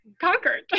Conquered